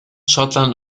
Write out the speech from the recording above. schottland